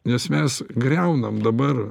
nes mes griaunam dabar